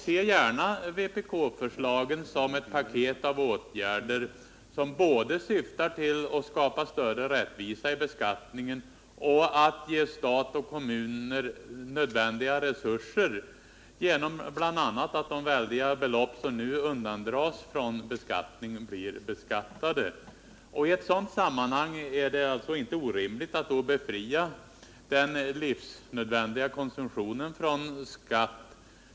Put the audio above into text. Se gärna vpk-förslagen som ett paket av åtgärder, som syftar både till att skapa större rättvisa i beskattningen och till att ge stat och kommuner nödvändiga resurser, bl.a. genom att de väldiga belopp som nu undandras från beskattning blir beskattade. I ett sådant sammanhang är det inte orimligt att befria den livsnödvändiga konsumtionen från skatt.